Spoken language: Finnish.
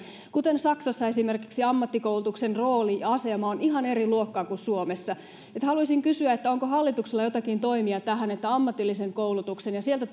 kuten esimerkiksi saksassa missä ammattikoulutuksen rooli ja asema ovat ihan eri luokkaa kuin suomessa haluaisin kysyä onko hallituksella jotakin toimia tähän että ammatillisen koulutuksen ja sieltä